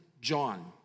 John